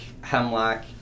Hemlock